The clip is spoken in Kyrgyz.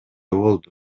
болду